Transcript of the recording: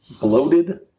bloated